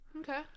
Okay